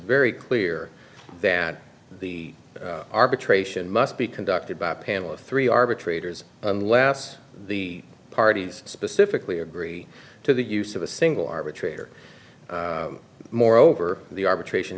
very clear that the arbitration must be conducted by a panel of three arbitrators unless the parties specifically agree to the use of a single arbitrator moreover the arbitration